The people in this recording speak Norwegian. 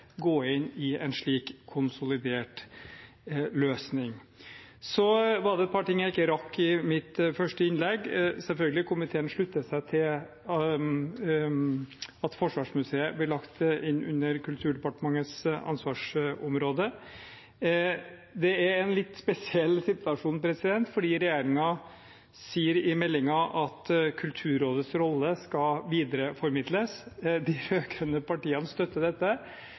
gå inn i en slik konsolidert løsning. Det var et par ting jeg ikke rakk å nevne i mitt første innlegg. Komiteen slutter seg selvfølgelig til at Forsvarsmuseet blir lagt inn under Kulturdepartementets ansvarsområde. Det er en litt spesiell situasjon, for regjeringen sier i meldingen at Kulturrådets rolle skal videreføres. De rød-grønne partiene støtter dette.